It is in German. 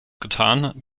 getan